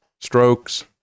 strokes